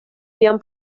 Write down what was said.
jam